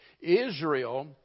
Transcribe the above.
Israel